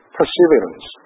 Perseverance